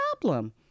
problem